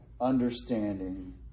understanding